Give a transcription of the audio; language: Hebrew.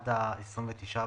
עד ה-29 בספטמבר.